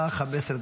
דקות.